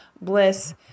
bliss